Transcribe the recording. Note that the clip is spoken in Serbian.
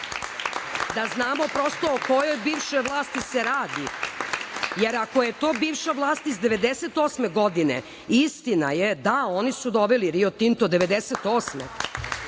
da znamo prosto o kojoj bivšoj vlasti se radi. Jer ako je to bivša vlast iz 1998. godine, istina je, da, oni su doveli „Rio Tinto“ 1998. godine.